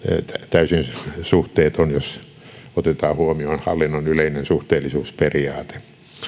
täysin suhteeton jos otetaan huomioon hallinnon yleinen suhteellisuusperiaate